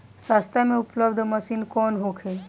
सस्ता में उपलब्ध मशीन कौन होखे?